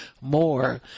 more